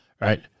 Right